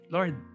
Lord